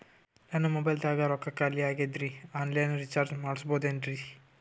ನನ್ನ ಮೊಬೈಲದಾಗ ರೊಕ್ಕ ಖಾಲಿ ಆಗ್ಯದ್ರಿ ಆನ್ ಲೈನ್ ರೀಚಾರ್ಜ್ ಮಾಡಸ್ಬೋದ್ರಿ?